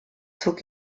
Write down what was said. zog